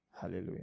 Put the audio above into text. Hallelujah